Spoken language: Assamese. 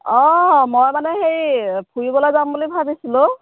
অঁ মই মানে হেৰি ফুৰিবলৈ যাম বুলি ভাবিছিলোঁ